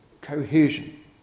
cohesion